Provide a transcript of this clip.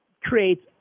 creates